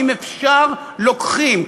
אם אפשר, לוקחים.